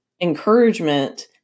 encouragement